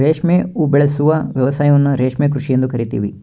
ರೇಷ್ಮೆ ಉಬೆಳೆಸುವ ವ್ಯವಸಾಯವನ್ನ ರೇಷ್ಮೆ ಕೃಷಿ ಎಂದು ಕರಿತೀವಿ